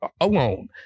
alone